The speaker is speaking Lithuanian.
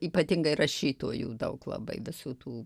ypatingai rašytojų daug labai visų tų